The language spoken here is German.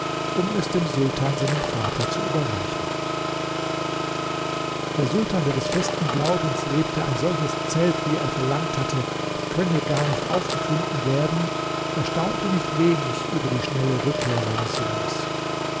um es dem sultan seinem vater zu überreichen der sultan der des festen glaubens lebte ein solches zelt wie er verlangt hatte könne gar nicht aufgefunden werden erstaunte nicht wenig über die schnelle rückkehr seines sohnes